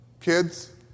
Kids